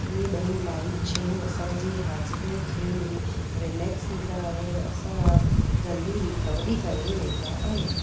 इए ॿईं लाइट शयूं असांजे हाजमें खे रिलैक्स ॾींदा आहिनि असां जल्दी रिकवरी करे वेंदा आहियूं